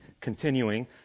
continuing